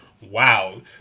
wow